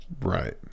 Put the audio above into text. right